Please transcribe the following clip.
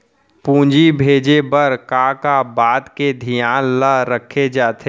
पूंजी भेजे बर का का बात के धियान ल रखे जाथे?